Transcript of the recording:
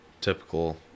typical